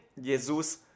Jesus